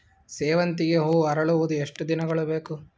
ಸೇವಂತಿಗೆ ಹೂವು ಅರಳುವುದು ಎಷ್ಟು ದಿನಗಳು ಬೇಕು?